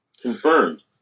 Confirmed